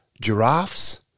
giraffes